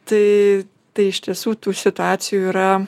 tai tai iš tiesų tų situacijų yra